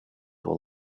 tuo